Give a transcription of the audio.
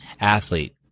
athlete